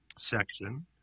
Section